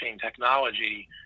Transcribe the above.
technology